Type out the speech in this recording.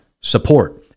support